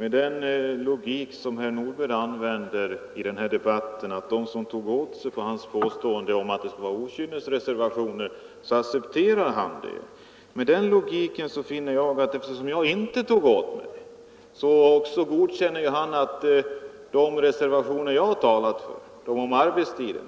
Herr talman! Herr Nordberg sade att om någon tar åt sig av påståendet om okynnesreservationer, så accepterar vederbörande att det är okynnesreservationer. Eftersom jag inte tog åt mig godkänner alltså herr Nordberg att de arbetstidsreservationer jag talat för